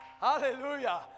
Hallelujah